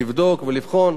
לבדוק ולבחון.